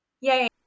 Yay